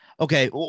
Okay